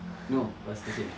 no was the same